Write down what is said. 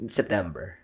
September